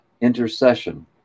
intercession